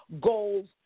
goals